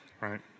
right